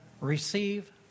receive